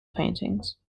paintings